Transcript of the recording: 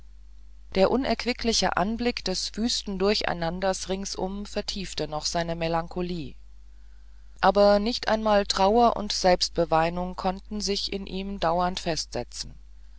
der unerquickliche anblick des wüsten durcheinanders ringsum vertiefte noch seine melancholie aber nicht einmal trauer und selbstbeweinung konnten sich in ihm dauernd festsetzen